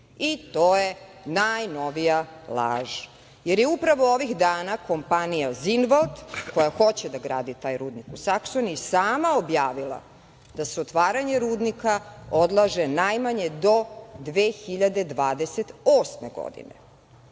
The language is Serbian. to je najnovija laž, jer je upravo ovih dana kompanija „Zinvald“, koja hoće da gradi taj rudnik u Saksoniji, sama objavila da se otvaranje rudnika odlaže najmanje do 2028. godine.